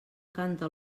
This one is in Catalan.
canta